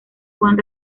juan